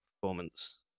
performance